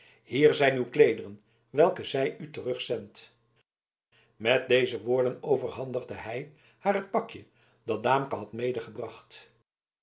hier zijn uw kleederen welke zij u terugzendt met deze woorden overhandigde hij haar het pakje dat daamke had